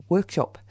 Workshop